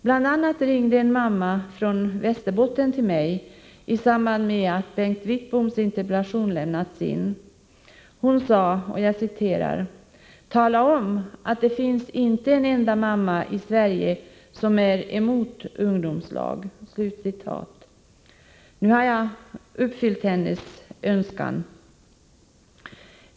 Bl.a. ringde en mamma från Västerbotten i samband med att Bengt Wittboms interpellation hade lämnats in. Hon sade: ”Tala om att det inte finns en enda mamma i Sverige som är emot ungdomslagen!” — Jag har nu uppfyllt hennes önskan.